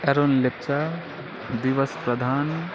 Aaron Lepcha Diwas Pradhan